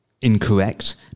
incorrect